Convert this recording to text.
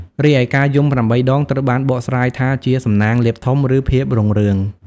រីឯការយំប្រាំបីដង ត្រូវបានបកស្រាយថាជាសំណាងលាភធំ ឬភាពរុងរឿង។